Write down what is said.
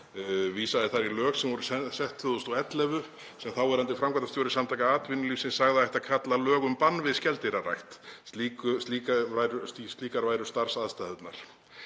vísaði þar í lög sem voru sett 2011 sem þáverandi framkvæmdastjóri Samtaka atvinnulífsins sagði að ætti að kalla lög um bann við skeldýrarækt, slíkar væru starfsaðstæðurnar.